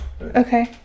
Okay